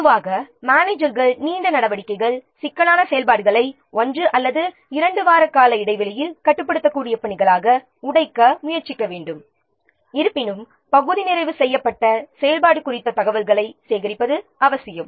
பொதுவாக மேனேஜர்கள் நீண்ட சிக்கலான செயல்பாடுகளை 1 அல்லது 2 வார கால இடைவெளியில் கட்டுப்படுத்தக்கூடிய பணிகளாக உடைக்க முயற்சிக்க வேண்டும் இருப்பினும் பகுதி நிறைவு செய்யப்பட்ட செயல்பாடு குறித்த தகவல்களை சேகரிப்பது அவசியம்